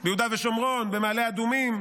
ביהודה ושומרון, במעלה אדומים,